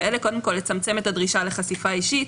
לצמצם את הדרישה לחשיפה האישית,